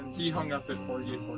he hung up at forty